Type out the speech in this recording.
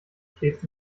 stets